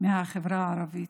מהחברה הערבית,